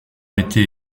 été